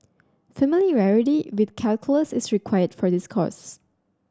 familiarity with calculus is required for this course